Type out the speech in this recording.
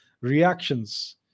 reactions